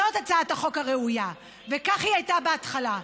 זאת הצעת החוק הראויה, וכך היא הייתה בהתחלה.